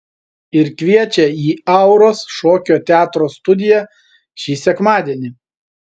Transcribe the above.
ir kviečia į auros šokio teatro studiją šį sekmadienį